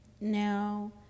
Now